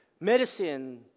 Medicine